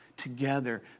Together